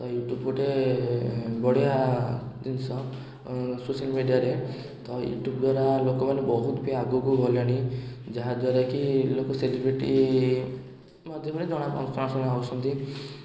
ତ ୟୁଟ୍ୟୁବ୍ ଗୋଟେ ବଢ଼ିଆ ଜିନିଷ ସୋସିଆଲ୍ ମିଡ଼ିଆରେ ତ ୟୁଟ୍ୟୁବ ଦ୍ୱାରା ଲୋକମାନେ ବହୁତ ବି ଆଗକୁ ଗଲେଣି ଯାହାଦ୍ୱାରା କି ଲୋକ ସେଲିବ୍ରିଟି ମାଧ୍ୟମରେ ଜଣା ଜଣାଶୁଣା ହେଉଛନ୍ତି